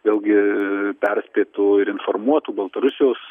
vėlgi perspėtų ir informuotų baltarusijos